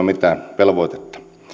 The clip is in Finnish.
mitään velvoitetta